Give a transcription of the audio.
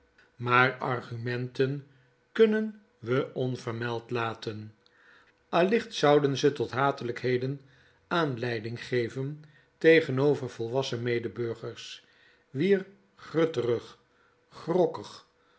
maar argumenten kunnen we onvermeld laten allicht zouden ze tot hatelijkheden aanleiding geven tegenover volwassen medeburgers wier grutterig grokkig